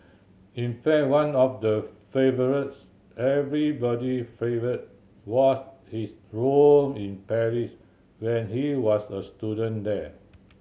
in fact one of the favourites everybody favourite was his room in Paris when he was a student there